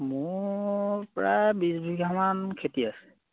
মোৰ প্ৰায় বিছ বিঘামান খেতি আছে